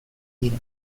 dira